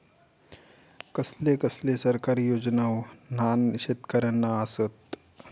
कसले कसले सरकारी योजना न्हान शेतकऱ्यांना आसत?